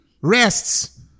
rests